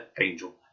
angel